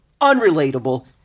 unrelatable